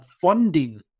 funding